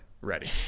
ready